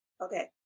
Okay